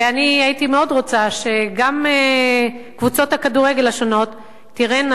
ואני הייתי מאוד רוצה שגם קבוצות הכדורגל השונות תראינה,